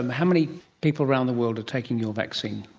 um how many people around the world are taking your vaccine?